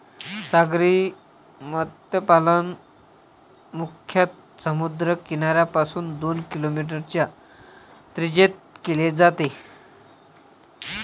सागरी मत्स्यपालन मुख्यतः समुद्र किनाऱ्यापासून दोन किलोमीटरच्या त्रिज्येत केले जाते